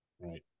Right